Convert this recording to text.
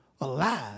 alive